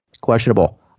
questionable